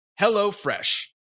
HelloFresh